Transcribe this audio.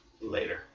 Later